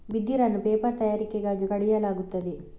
ಬಿದಿರನ್ನು ಪೇಪರ್ ತಯಾರಿಕೆಗಾಗಿ ಕಡಿಯಲಾಗುತ್ತದೆ